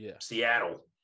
Seattle